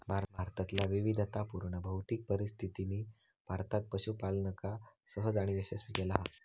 भारतातल्या विविधतापुर्ण भौतिक परिस्थितीनी भारतात पशूपालनका सहज आणि यशस्वी केला हा